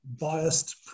biased